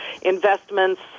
investments